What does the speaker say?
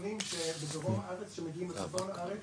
מטופלים שבדרום הארץ שמגיעים לצפון הארץ,